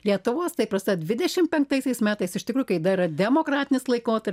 lietuvos tai prasideda dvidešim penktaisiais metais ištikrųjų kai dar yra demokratinis laikotarpis